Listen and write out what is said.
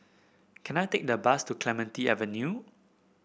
can I take a bus to Clementi Avenue